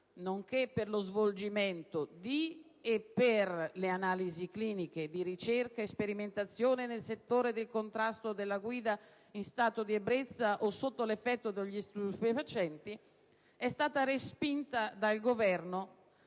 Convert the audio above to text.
controllo stradale, nonché per le analisi cliniche e la ricerca e sperimentazione nel settore del contrasto alla guida in stato di ebbrezza o sotto l'effetto di stupefacenti, è stata respinta dal Governo